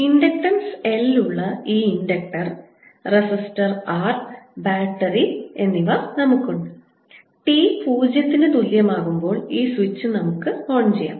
inductance L ഉള്ള ഈ inductor resistance R battery എന്നിവ നമുക്കുണ്ട് t പൂജ്യത്തിനു തുല്യമാകുമ്പോൾ ഈ സ്വിച്ച് നമുക്ക് ഓൺ ചെയ്യാം